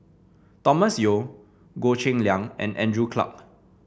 Thomas Yeo Goh Cheng Liang and Andrew Clarke